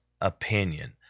opinion